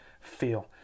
feel